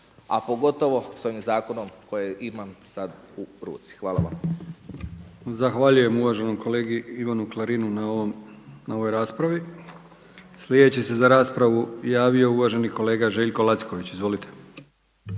a pogotovo s ovim zakonom koji imam sad u ruci. Hvala vam. **Brkić, Milijan (HDZ)** Zahvaljujem uvaženom kolegi Ivanu Klarinu na ovoj raspravi. Sljedeći se za raspravu javio uvaženi kolega Željko Lacković. Izvolite.